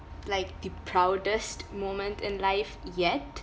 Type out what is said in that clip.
like the proudest moment in life yet